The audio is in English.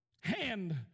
hand